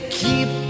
keep